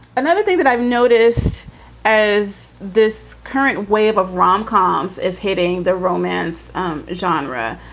another thing that i've noticed as this current wave of rom com is hitting the romance um genre,